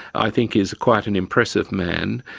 i think is quite an impressive man.